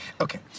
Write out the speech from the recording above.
Okay